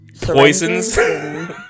poisons